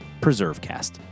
PreserveCast